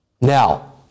Now